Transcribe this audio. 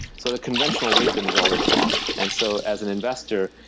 so the conventional wisdom is always wrong. and so as an investor,